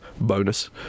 bonus